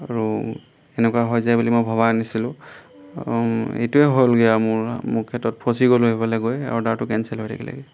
আৰু এনেকুৱা হৈ যায় বুলি মই ভবা নাছিলোঁ এইটোৱে হ'লগৈ আৰু মোৰ মোক ক্ষেত্ৰত ফচি গ'লো সেইফালে গৈ অৰ্ডাৰটো কেনচেল হৈ থাকিলেগৈ